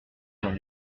dans